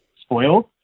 spoiled